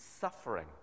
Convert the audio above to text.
suffering